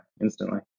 instantly